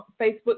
Facebook